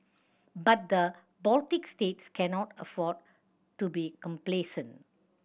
but the Baltic states cannot afford to be complacent